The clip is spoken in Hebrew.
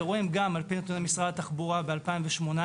לפי נתוני משרד התחבורה ב-2018,